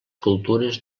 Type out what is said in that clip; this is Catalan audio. cultures